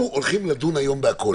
אנחנו הולכים לדון היום בכול.